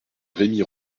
rémy